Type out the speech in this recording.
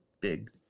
big